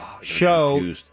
show